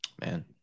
Man